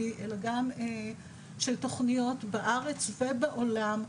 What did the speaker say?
אלא גם של תוכניות בארץ ובעולם,